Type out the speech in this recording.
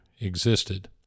existed